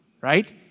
right